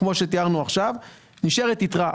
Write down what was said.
נשארת יתרה.